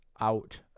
out